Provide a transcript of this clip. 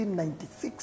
1996